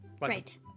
Right